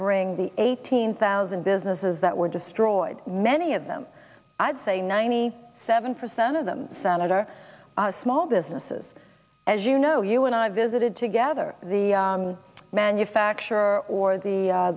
bring the eighteen thousand businesses that were destroyed many of them i'd say ninety seven percent of them senator small businesses as you know you and i visited together the manufacturer or the